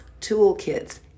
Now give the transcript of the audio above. toolkits